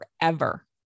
forever